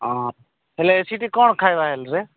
ଅଁ ହେଲେ ସେଠି କ'ଣ ଖାଇବା ହେଲେରେ